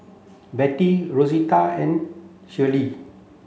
Bettie Rosita and Shirlee